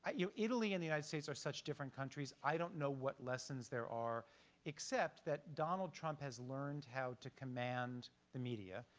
ah italy and the united states are such different countries. i don't know what lessons there are except that donald trump has learned how to command the media.